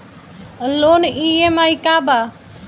Loan EMI का बा?